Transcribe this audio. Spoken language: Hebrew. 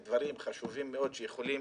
אלא אם במקרים חריגים חושבים שזה יסכל.